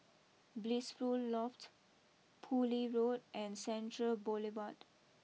Blissful Loft Poole Road and Central Boulevard